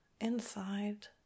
inside